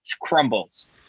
crumbles